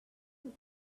know